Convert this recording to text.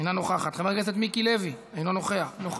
אינה נוכחת, חבר הכנסת מיקי לוי, מוותר,